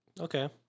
Okay